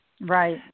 Right